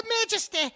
majesty